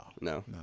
No